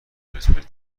پرسپولیس